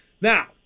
Now